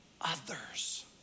others